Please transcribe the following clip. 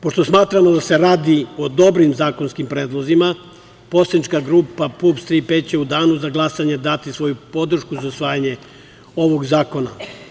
Pošto smatramo da se radi o dobrim zakonskim predlozima, Poslanička grupa PUPS „Tri P“ će u danu za glasanje dati svoju podršku za usvajanje ovog zakona.